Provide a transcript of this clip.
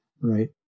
Right